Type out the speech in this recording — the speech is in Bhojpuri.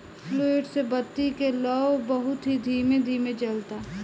फ्लूइड से बत्ती के लौं बहुत ही धीमे धीमे जलता